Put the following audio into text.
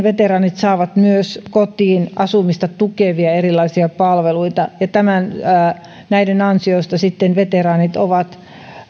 veteraanit saavat myös kotiin asumista tukevia erilaisia palveluita ja näiden ansiosta sitten veteraanit ovat